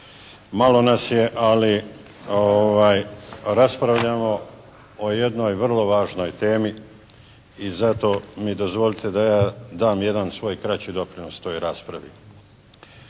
Malo nas je, ali raspravljamo o jednoj vrlo važnoj temi i zato mi dozvolite da ja dam jedan svoj kraći doprinos toj raspravi.